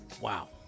wow